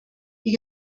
die